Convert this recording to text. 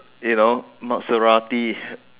you know Maserati